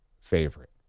favorite